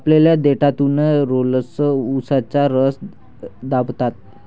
कापलेल्या देठातून रोलर्स उसाचा रस दाबतात